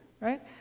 right